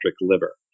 liver